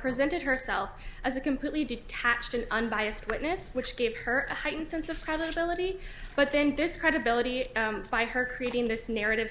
presented herself as a completely detached and unbiased witness which gave her a heightened sense of credibility but then this credibility by her creating this narrative